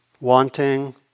Wanting